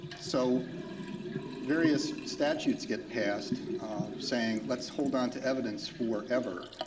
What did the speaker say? so various statutes get passed saying let's hold onto evidence forever.